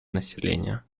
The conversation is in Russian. населения